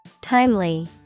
Timely